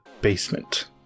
basement